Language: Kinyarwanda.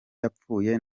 yapfuye